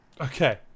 Okay